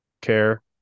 care